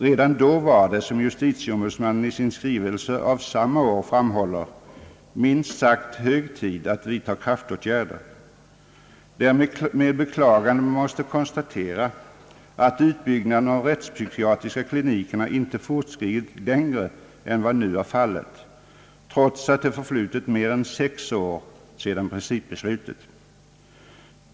Redan då var det, som justitieministern i sin skrivelse av samma år framhåller, minst sagt hög tid att vidta kraftåtgärder. Det är med beklagande man måste konstatera, att utbyggnaden av de rättspsykiatriska klinikerna inte fortskridit längre äu vad som varit fallet, trots att det förflutit mer än sex år sedan principbeslutet fattades.